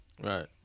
Right